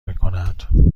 میکند